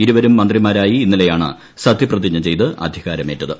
ഇരുവരും മന്ത്രിമാരായി ഇന്നലെയാണ് സത്യപ്രതിജ്ഞ ചെയ്ത് അധികാരമേറ്റത്